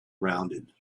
rounded